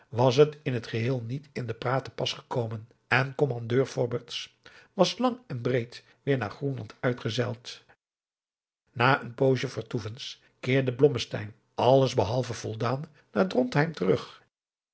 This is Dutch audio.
was het in het geheel niet in de praat te pas gekomen en kommandeur fobberts was lang en breed weêr naar groenland uitgezeild na een poosje vertoevens keerde blommesteyn alles behalve voldaan naar drontheim terug